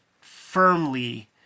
firmly